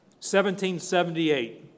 1778